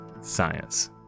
science